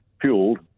fueled